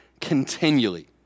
continually